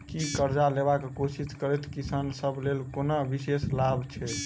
की करजा लेबाक कोशिश करैत किसान सब लेल कोनो विशेष लाभ छै?